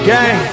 Gang